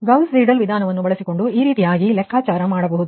ಆದ್ದರಿಂದ Gauss Seidel ವಿಧಾನವನ್ನು ಬಳಸಿಕೊಂಡು ಈ ರೀತಿಯಾಗಿ ಲೆಕ್ಕಾಚಾರ ಮಾಡಬಹುದು